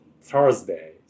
Thursday